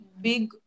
big